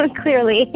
clearly